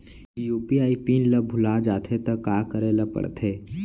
UPI pin ल भुला जाथे त का करे ल पढ़थे?